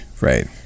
right